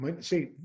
See